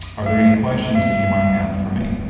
are there any questions that you might have for me?